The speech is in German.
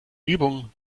übung